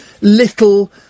little